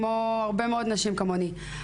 כמו הרבה נשים כמוני.